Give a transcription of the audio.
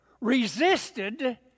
resisted